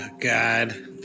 God